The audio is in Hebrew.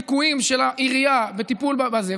ליקויים של העירייה בטיפול בזבל,